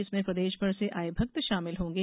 इसमें प्रदेशभर से आये भक्त शामिल होंगे